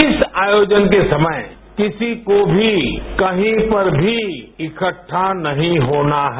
इस आयोजन के समय किसी को भी कही पर भी इकट्ठा नहीं होना है